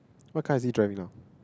what car is he driving now